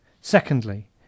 Secondly